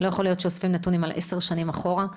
לא יכול להיות שאוספים נתונים על עשר שנים אחורה,